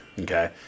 okay